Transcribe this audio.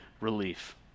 relief